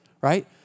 Right